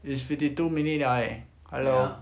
is fifty two minute liao leh hello